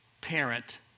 parent